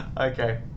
Okay